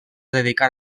dedicar